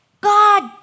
God